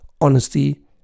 honesty